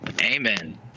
Amen